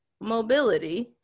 mobility